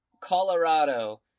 Colorado